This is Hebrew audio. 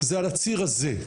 זה על הציר הזה.